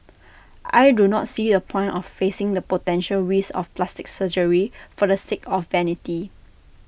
I do not see the point of facing the potential risks of plastic surgery for the sake of vanity